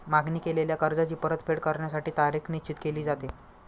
मागणी केलेल्या कर्जाची परतफेड करण्यासाठी तारीख निश्चित केली जाते